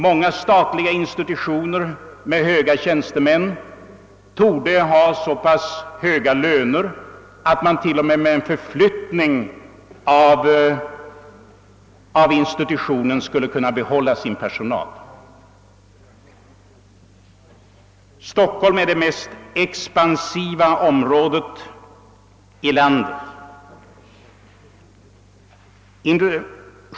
Många statliga institutioner med höga tjänstemän torde också betala så pass höga löner, att de till och med efter en förflyttning skulle kunna få behålla sin personal. Stockholm är det mest expansiva området i landet.